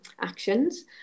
actions